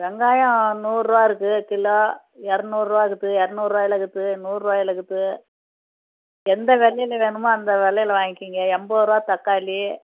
வெங்காயம் நூறு ரூபா இருக்குது கிலோ இரநூறு ரூபா இருக்குது இரநூறு ரூபால இருக்குது நூறு ரூபாயில இருக்குது எந்த வெலையில் வேணுமோ அந்த வெலையில் வாங்கிகோங்க எண்பது ரூபா தக்காளி